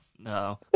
No